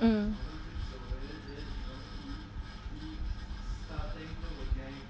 mm